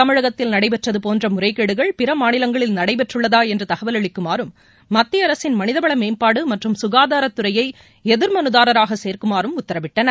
தமிழகத்தில் நடைபெற்றது போன்ற முறைகேடுகள் பிற மாநிலங்களில் நடைபெற்றுள்ளதா என்று தகவல் அளிக்குமாறு மத்திய அரசின் மனிதவள மேம்பாடு மற்றும் சுகாதாரத்துறையை எதிர் மனுதாரராக சேர்க்குமாறு உத்தரவிட்டனர்